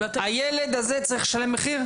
הילד הזה צריך לשלם מחיר?